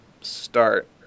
start